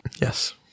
Yes